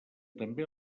també